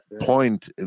point